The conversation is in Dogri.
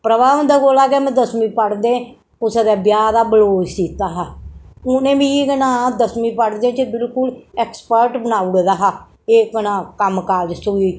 प्रभा हुंदे कोला गै मैं दसमीं पढ़दे कुसा दे ब्याह दा ब्लोज सीता हा उनें मिगी केह् नांऽ दसमीं पढ़दे च बिल्कुल एक्सपर्ट बनाई ओड़े दा हा एह् केह् नांऽ कम्मकाज सुई